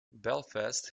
belfast